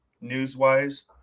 news-wise